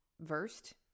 versed